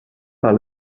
par